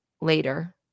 later